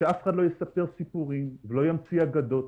ושאף אחד לא יספר סיפורים ולא ימציא אגדות,